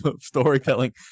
storytelling